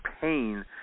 pain